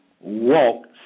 walk